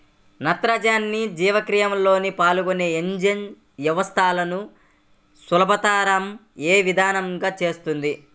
నత్రజని జీవక్రియలో పాల్గొనే ఎంజైమ్ వ్యవస్థలను సులభతరం ఏ విధముగా చేస్తుంది?